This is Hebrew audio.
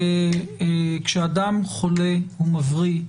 כשאדם חולה ומבריא,